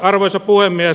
arvoisa puhemies